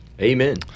Amen